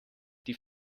die